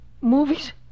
movies